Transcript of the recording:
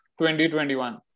2021